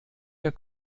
der